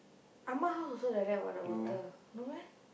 amma house also like that what the water no meh